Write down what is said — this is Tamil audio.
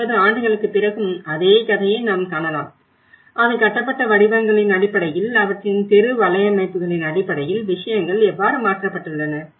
80 ஆண்டுகளுக்குப் பிறகும் அதே கதையை நாம் காணலாம் அவை கட்டப்பட்ட வடிவங்களின் அடிப்படையில் அவற்றின் தெரு வலையமைப்புகளின் அடிப்படையில் விஷயங்கள் எவ்வாறு மாற்றப்பட்டுள்ளன